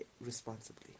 responsibly